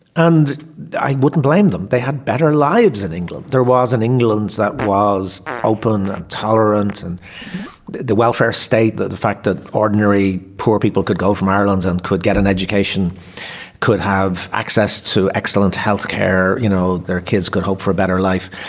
and i wouldn't blame them. they had better lives in england. there wasn't england's that was open and tolerant and the welfare state the the fact that ordinary poor people could go from ireland and could get an education could have access to excellent healthcare you know their kids could hope for a better life.